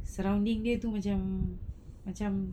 surrounding dia tu macam macam